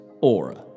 Aura